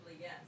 yes